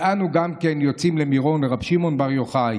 אנו גם יוצאים למירון, לרבי שמעון בר יוחאי.